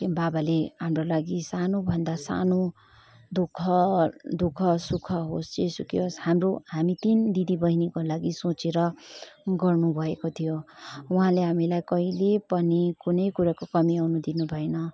बाबाले हाम्रो लागि सानो भन्दा सानो दुखः दुखः सुख होस् जे सुकै होस् हाम्रो हामी तिन दिदी बहिनीको लागि सोचेर गर्नुभएको थियो उहाँले हामीलाई कहिले पनि कुनै कुराको कमी हुन दिनुभएन